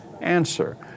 answer